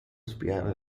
spiare